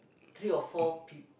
three or four peop~